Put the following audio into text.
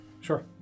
sure